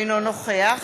אינו נוכח